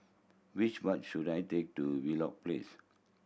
which bus should I take to Wheelock Place